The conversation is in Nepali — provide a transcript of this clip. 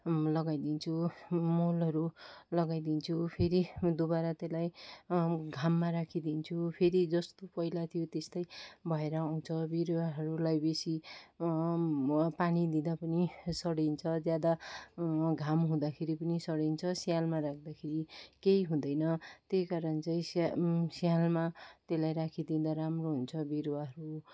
लगाइदिन्छु मलहरू लगाइदिन्छु फेरि दोबारा त्यसलाई घाममा राखिदिन्छु फेरि जस्तो पहिला थियो त्यस्तै भएर आउँछ बिरुवाहरूलाई बेसी म पानी दिँदा पनि सडिन्छ ज्यादा घाम हुँदाखेरि पनि सडिन्छ सियाँलमा राख्दाखेरि केही हुँदैन त्यही कारण चाहिँ सँया सियाँलामा त्यसलाई राखिदिँदा राम्रो हुन्छ बिरुवाहरू